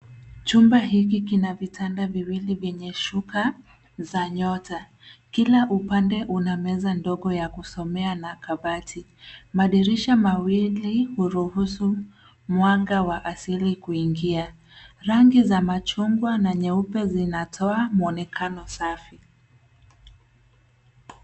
Chimba hiki kina vitanda viwili vyenye shuka za nyota. Kila upande una meza ndogo ya kusomea na kabati. Madirisha mawili huruhusu mwanga wa asili kuingia. Rangi za machungwa na nyeupe zinatoa muonekano safi.